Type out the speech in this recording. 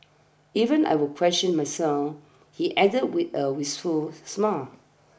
even I will question myself he added with a wistful smile